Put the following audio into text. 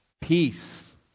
Peace